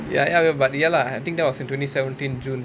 ya ya but ya lah I think that was in twenty seventeen june